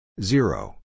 Zero